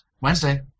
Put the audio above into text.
Wednesday